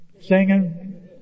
singing